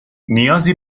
نیازی